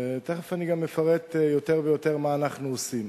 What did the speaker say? ותיכף אני גם אפרט יותר ויותר מה אנחנו עושים.